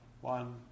one